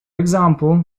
example